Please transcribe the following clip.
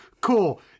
cool